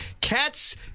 Cats